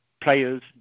players